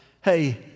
hey